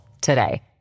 today